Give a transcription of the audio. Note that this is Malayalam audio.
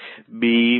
മനസ്സിലായോ